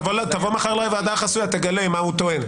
תבוא מחר לוועדה החסויה, תגלה מה הוא טוען.